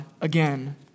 again